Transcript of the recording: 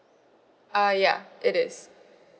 uh ya it is